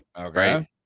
Okay